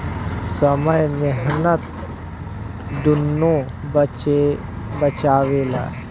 समय मेहनत दुन्नो बचावेला